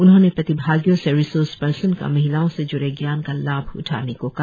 उन्होंने प्रतिभागियों से रिसोर्स पार्सन का महिलाओं से जूड़े ज्ञान का लाभ उठाने को कहा